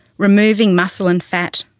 removing muscle and fat,